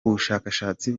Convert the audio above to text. bushakashatsi